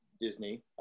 Disney